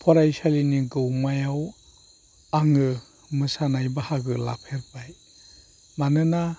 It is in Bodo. फरायसालिनि गौमायाव आङो मोसानाय बाहागो लाफेरबाय मानोना